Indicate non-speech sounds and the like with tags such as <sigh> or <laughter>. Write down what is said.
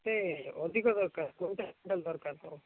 ସେ ଅଧିକ ଦରକାର <unintelligible>